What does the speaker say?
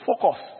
Focus